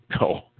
No